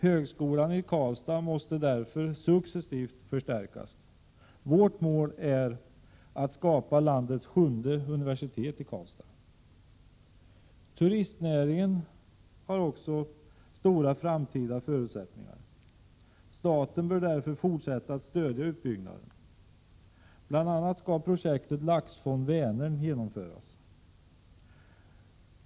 Högskolan i Karlstad måste därför successivt förstärkas. Vårt mål är att skapa landets sjunde universitet i Karlstad. Turistnäringen har stora framtida förutsättningar. Staten bör därför fortsätta att stödja utbyggnaden. Bl. a. skall projektet Laxfond för Vänern genomföras.